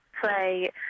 play